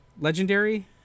Legendary